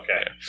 Okay